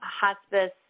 hospice